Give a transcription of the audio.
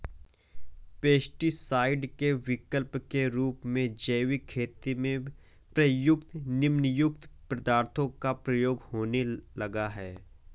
pesticide के विकल्प के रूप में जैविक खेती में प्रयुक्त नीमयुक्त पदार्थों का प्रयोग होने लगा है